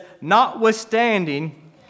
notwithstanding